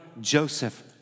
Joseph